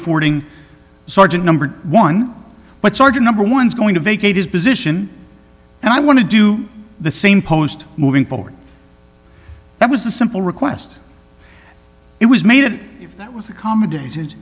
affording sergeant number one but sergeant number one is going to vacate his position and i want to do the same post moving forward that was a simple request it was made it if that was accommodated